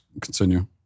continue